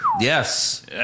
Yes